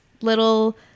little